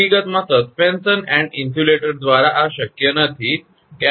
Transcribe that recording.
હકીકતમાં suspension and insulator દ્વારા આ શક્ય નથી